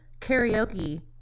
karaoke